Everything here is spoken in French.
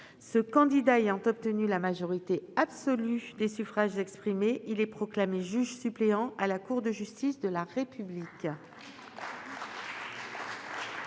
de Belenet ayant obtenu la majorité absolue des suffrages exprimés, il est proclamé juge suppléant à la Cour de justice de la République.